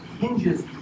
hinges